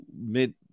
mid